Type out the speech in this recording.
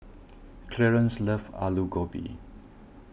Clarance loves Alu Gobi